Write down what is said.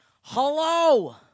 Hello